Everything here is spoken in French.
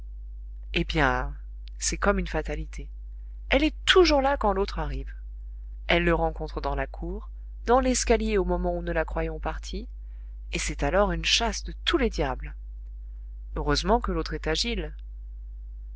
eh bien c'est comme une fatalité elle est toujours là quand l'autre arrive elle le rencontre dans la cour dans l'escalier au moment où nous la croyons partie et c'est alors une chasse de tous les diables heureusement que l'autre est agile